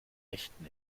echten